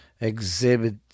exhibit